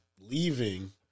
leaving